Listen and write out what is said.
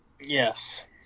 Yes